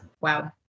Wow